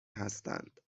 هستند